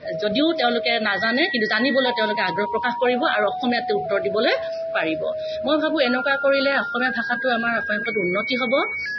যদিও তেওঁলোকে নাজানে কিন্তু জানিবলৈ তেওঁলোকে আগ্ৰহ প্ৰকাশ কৰিব আৰু অসমীয়াতে উত্তৰ দিবলৈ পাৰিব মই ভাবোঁ এনেকুৱা কৰিলে অসমীয়া ভাষাটো আমাৰ অসমীয়া ভাষাটো উন্নতি হ'ব